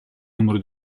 numero